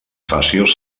fàcils